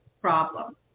problem